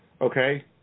Okay